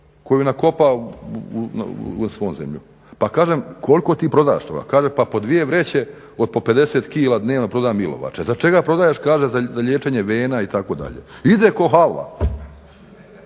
koju je nakopao … pa kažem koliko ti prodaš toga, kaže po dvije vreće od po 50kg dnevno prodam ilovače. Za čega prodaješ? Kaže za liječenja vena itd. ide ko halva.